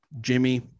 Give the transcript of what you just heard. Jimmy